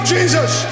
Jesus